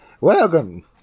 Welcome